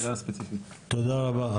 תודה רבה.